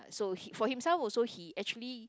so he for himself also he actually